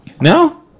no